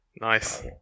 Nice